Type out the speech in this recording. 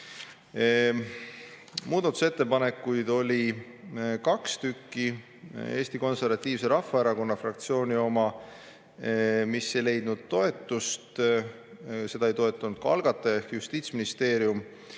Muudatusettepanekuid oli kaks. Eesti Konservatiivse Rahvaerakonna fraktsiooni oma, mis ei leidnud toetust. Seda ei toetanud ka algataja ehk Justiitsministeerium.